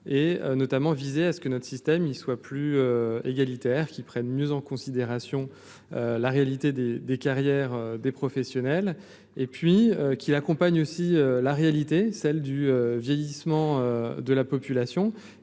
est notamment visé à ce que notre système, il soit plus égalitaire qui prenne mieux en considération la réalité des des carrières des professionnels et puis qui l'accompagne aussi la réalité, celle du vieillissement de la population.